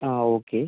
ആ ഓക്കെ